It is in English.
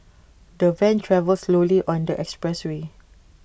the van travelled slowly on the expressway